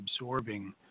absorbing